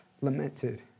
lamented